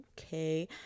okay